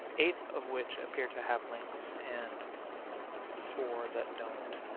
eight of which appear to have links. and four that don't.